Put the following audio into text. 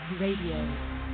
Radio